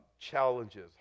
challenges